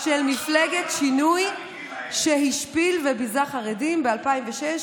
של מפלגת שינוי שהשפיל וביזה חרדים ב-2006,